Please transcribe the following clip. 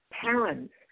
parents